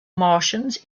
martians